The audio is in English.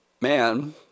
man